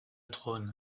trône